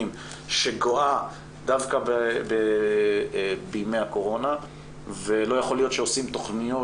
שגואה דווקא בימי הקורונה ולא יכול להיות שעושים תכניות,